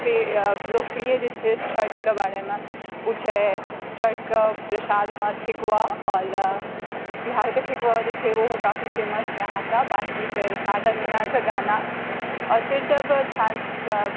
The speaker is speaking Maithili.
फेर लोकप्रिय जे छै छठके बारेमे उ छै छठके प्रसादमे ठेकुआ आओर बिहारके ठेकुआ जे छै ओहो काफी फेमस छै अहाँके बाँकी फेर शारदा सिन्हाके गाना आओर फेर जब